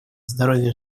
здоровья